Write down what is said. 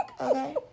Okay